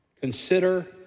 consider